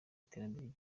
iterambere